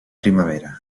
primavera